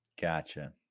Gotcha